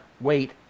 wait